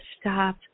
stop